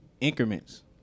increments